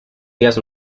días